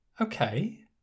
Okay